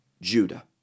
Judah